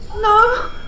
No